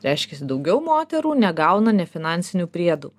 reiškiasi daugiau moterų negauna nefinansinių priedų